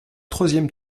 troisième